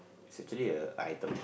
it's actually a item